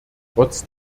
trotz